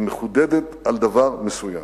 היא מחודדת על דבר מסוים.